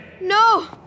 No